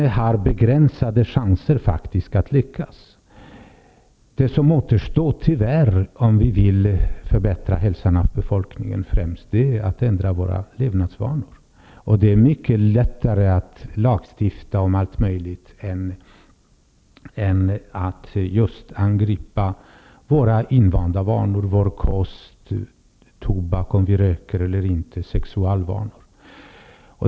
Chanserna att Folkhälsoinstitutet skall lyckas är faktiskt begränsade. Om vi vill förbättra hälsan hos vår befolkning, återstår det tyvärr endast att förändra våra levnadsvanor. Det är mycket lättare att lagstifta om allt möjligt än att angripa våra vanor som gäller kost, rökning och sex.